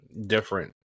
different